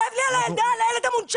כואב לי על הילדה, על הילד המונשם.